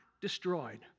destroyed